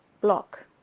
block